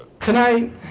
Tonight